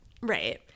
Right